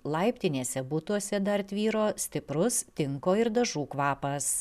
laiptinėse butuose dar tvyro stiprus tinko ir dažų kvapas